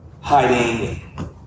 hiding